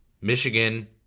Michigan